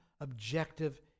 objective